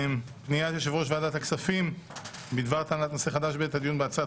פניית יושב-ראש ועדת הכספים בדבר טענת נושא חדש בעת הדיון בהצעת